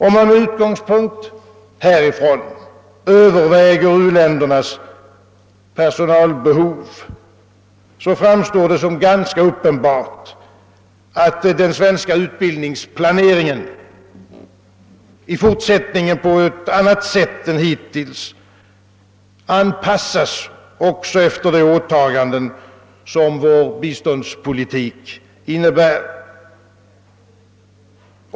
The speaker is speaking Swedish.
Om man med utgångspunkt härifrån överväger u-ländernas personalbehov, framstår det såsom ganska uppenbart att den svenska utbildningsplaneringen i fortsättningen på ett annat sätt än hittills måste anpassas också efter de åtaganden som vår biståndspolitik innebär.